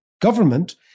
government